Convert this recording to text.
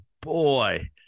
boy